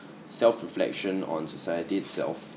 self reflection on society itself